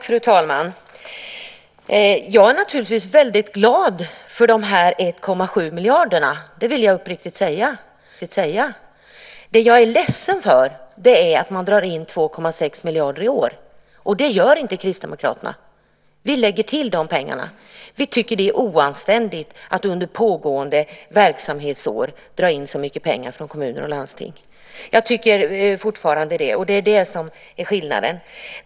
Fru talman! Jag är naturligtvis väldigt glad för dessa 1,7 miljarder; det vill jag uppriktigt säga. Det jag är ledsen för är att man drar in 2,6 miljarder i år. Det gör inte Kristdemokraterna. Vi lägger till de pengarna. Vi tycker att det är oanständigt att under pågående verksamhetsår dra in så mycket pengar från kommuner och landsting. Jag tycker fortfarande det, och det är det som är skillnaden.